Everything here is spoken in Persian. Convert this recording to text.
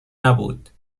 نبود